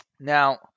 Now